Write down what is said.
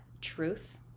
truth